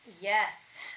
yes